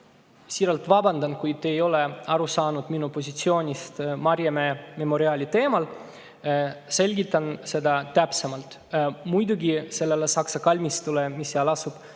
Siiralt vabandan, kuid te ei ole aru saanud minu positsioonist Maarjamäe memoriaali teemal. Selgitan seda täpsemalt. Muidugi, sellele saksa kalmistule, mis seal asub,